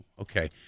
okay